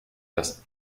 das